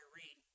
read